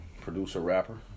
producer-rapper